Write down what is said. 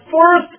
first